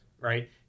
right